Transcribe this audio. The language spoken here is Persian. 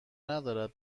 ندارد